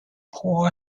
poor